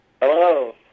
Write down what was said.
Hello